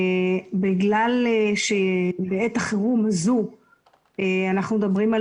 בגלל שבעת החירום הזו אנחנו מדברים על